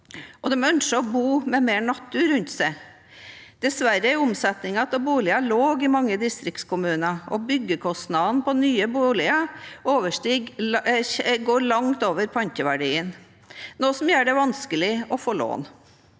de ønsker å bo med mer natur rundt seg. Dessverre er omsetningen av boliger lav i mange distriktskommuner, og byggekostnadene på nye boliger går langt over panteverdien. Det gjør det vanskelig å få lån.